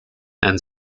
and